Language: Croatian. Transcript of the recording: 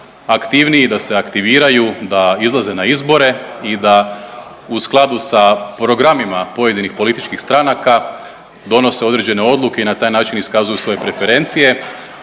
aktivniji i da se aktiviraju, da izlaze na izbore i da u skladu sa programima pojedinih političkih stranaka donose određene odluke i na taj način iskazuju svoje preferencije.